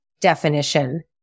definition